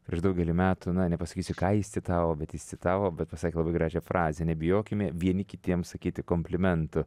prieš daugelį metų na nepasakysiu ką jis citavo bet jis citavo bet pasakė labai gražią frazę nebijokime vieni kitiems sakyti komplimentų